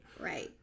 Right